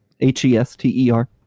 H-E-S-T-E-R